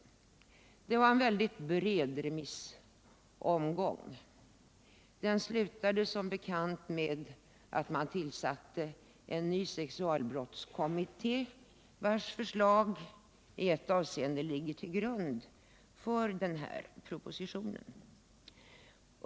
Det var en väldigt bred remissomgång, och det slutade som bekant med att man tillsatte en ny sexualbrottskommitté vars förslag i ett avseende ligger till grund för den här propositionen.